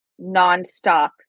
nonstop